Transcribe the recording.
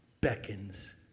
beckons